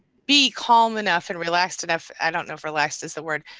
be calm enough and relaxed enough i don't know if relaxed is the word,